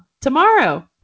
tomorrow